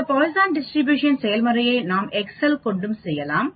இந்த பால்தான் டிஸ்ட்ரிபியூஷன் செயல்முறையை நாம் எக்செல் கொண்டும் செய்யலாம்